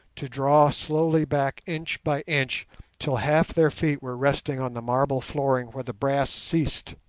to draw slowly back inch by inch till half their feet were resting on the marble flooring where the brass ceased.